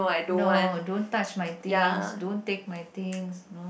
no don't touch my things don't take my things